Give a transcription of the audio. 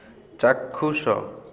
ଚାକ୍ଷୁଷ